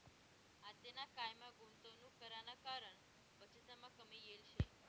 आतेना कायमा गुंतवणूक कराना कारण बचतमा कमी येल शे